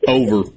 over